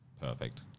perfect